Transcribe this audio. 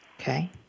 Okay